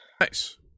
Nice